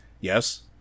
Yes